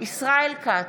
ישראל כץ,